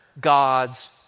god's